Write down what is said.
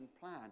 plan